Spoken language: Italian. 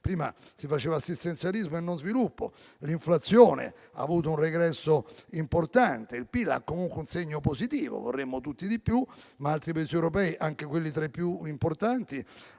Prima si faceva assistenzialismo e non sviluppo; e ancora, l'inflazione ha avuto un regresso importante; il PIL ha comunque un segno positivo: vorremmo tutti di più, ma altri Paesi europei, anche quelli tra i più importanti,